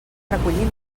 recollir